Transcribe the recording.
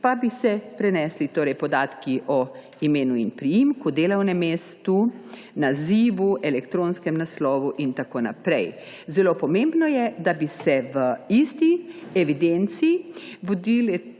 pa bi se prenesli podatki o imenu in priimku, delovnem mestu, nazivu, elektronskem naslovu in tako naprej. Zelo pomembno je, da bi se v isti evidenci vodili